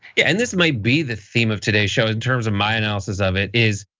yeah and this might be the theme of today's show in terms of my analysis of it is,